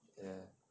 ya